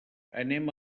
anem